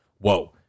whoa